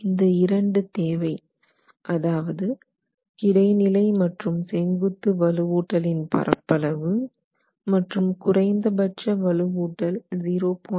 இந்த இரண்டு தேவை அதாவது கிடைநிலை மற்றும் செங்குத்து வலுவூட்டல் இன் பரப்பளவு மற்றும் குறைந்தபட்ச வலுவூட்டல் 0